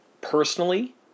personally